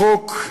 החוק,